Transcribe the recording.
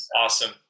awesome